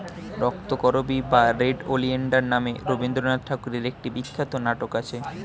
রক্তকরবী বা red oleander নামে রবিন্দ্রনাথ ঠাকুরের একটি বিখ্যাত নাটক আছে